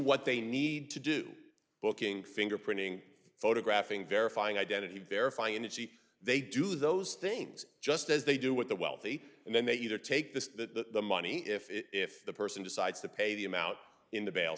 what they need to do booking fingerprinting photographing verifying identity verify energy they do those things just as they do with the wealthy and then they either take the money if the person decides to pay the i'm out in the b